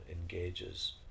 engages